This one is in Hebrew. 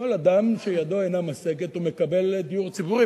כל אדם שידו אינה משגת, מקבל דיור ציבורי.